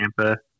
Tampa